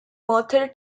merthyr